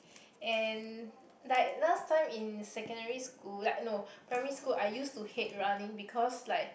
and like last time in secondary school like no primary school I used to hate running because like